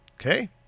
Okay